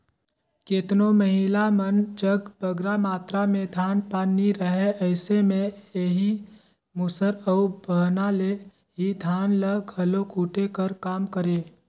केतनो महिला मन जग बगरा मातरा में धान पान नी रहें अइसे में एही मूसर अउ बहना ले ही धान ल घलो कूटे कर काम करें